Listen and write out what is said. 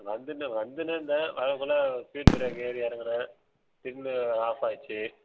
வந்துன்னு வந்துன்னு இருந்தேன் வரக்குள்ளே ஸ்பீடு பிரேக்கர் ஏறி இறங்குனேன் திரும்பியும் ஆஃப்பாயிடுச்சு